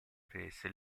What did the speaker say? prese